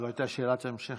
לא, זאת הייתה שאלת ההמשך.